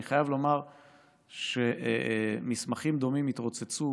אני חייב לומר שמסמכים דומים התרוצצו